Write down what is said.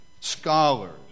scholars